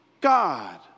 God